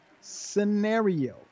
Scenario